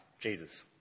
Jesus